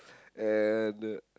and